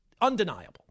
undeniable